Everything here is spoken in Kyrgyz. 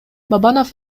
бабанов